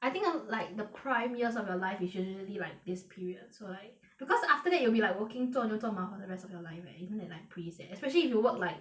I think I'll~ like the prime years of your life is usually like this period so like because after that you'll be like walking 做牛做马 for the rest of your life eh isn't that like pretty sad especially if you work like